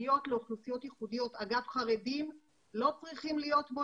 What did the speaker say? אני בטוח במשרד הרווחה שחבל שאין פה שום נציג שלהם,